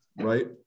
Right